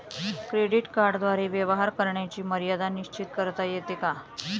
Credit कार्डद्वारे व्यवहार करण्याची मर्यादा निश्चित करता येते का?